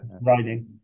writing